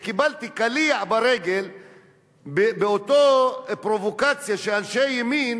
וקיבלתי קליע ברגל באותה פרובוקציה שאנשי ימין